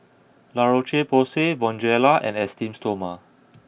La Roche Porsay Bonjela and Esteem Stoma